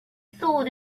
thought